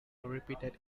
repeated